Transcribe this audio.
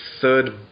third